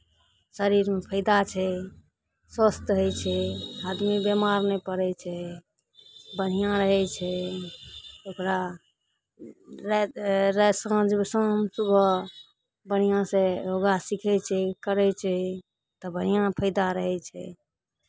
शरीरमे फायदा छै स्वस्थ रहै छै आदमी बेमार नहि पड़ै छै बढ़िआँ रहै छै ओकरा राइ राति साँझ शाम सुबह बढ़िआँसँ योगा सीखै छै करै छै तब बढ़िआँ फायदा रहै छै